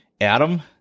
Adam